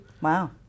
Wow